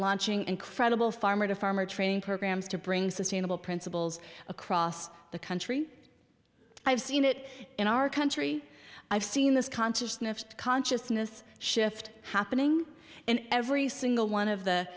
launching incredible farmer to farmer training programs to bring sustainable principles across the country i've seen it in our country i've seen this consciousness consciousness shift happening in every single one of the